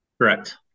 correct